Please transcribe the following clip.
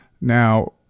now